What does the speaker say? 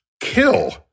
kill